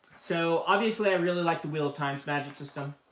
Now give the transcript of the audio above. so obviously, i really like the wheel of time's magic system.